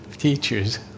Teachers